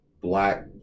black